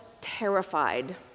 terrified